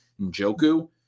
Njoku